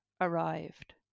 arrived